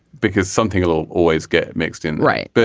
because something a little always get mixed in. right. but